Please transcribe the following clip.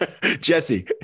Jesse